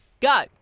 Go